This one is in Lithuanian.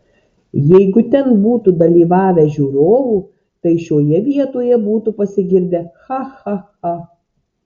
jeigu ten būtų dalyvavę žiūrovų tai šioje vietoje būtų pasigirdę cha cha cha